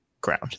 ground